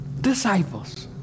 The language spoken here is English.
disciples